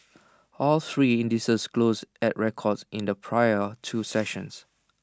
all three indices closed at records in the prior two sessions